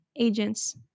agents